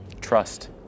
trust